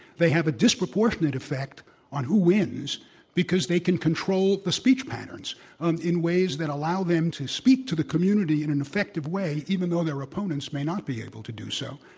they have a disproportionate effect on who wins because they can control the speech patterns in ways that allow them to speak to the community in an effective way even though their opponents may not be able to do so.